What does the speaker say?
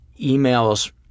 emails